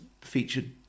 featured